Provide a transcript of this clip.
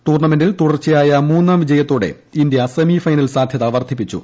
ടൂർണമെന്റിൽ തുടർച്ച്യായ മൂന്നാം വിജയത്തോടെ ഇന്ത്യ സെമിഫൈനൽ സാധ്യ വർധിപ്പിച്ചു